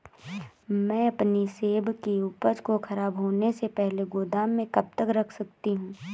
मैं अपनी सेब की उपज को ख़राब होने से पहले गोदाम में कब तक रख सकती हूँ?